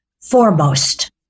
foremost